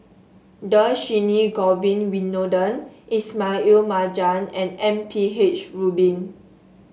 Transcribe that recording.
Dhershini Govin Winodan Ismail Marjan and M P H Rubin